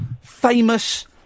famous